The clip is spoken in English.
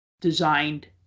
designed